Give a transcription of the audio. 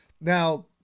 Now